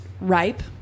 ripe